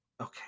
Okay